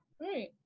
Right